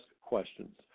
questions